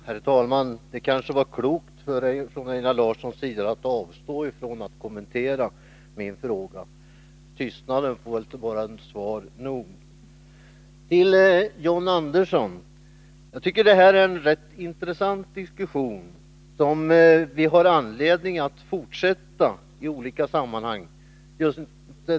Herr talman! Det var kanske klokt av Einar Larsson att avstå från att Torsdagen den kommentera min fråga. Tystnaden får vara svar nog. 10 december 1981 Till John Andersson vill jag säga att jag tycker att detta är en rätt intressant diskussion, som vi har anledning att fortsätta i olika sammanhang.